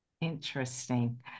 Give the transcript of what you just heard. Interesting